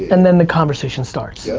and then the conversation starts. yeah